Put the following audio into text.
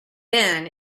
been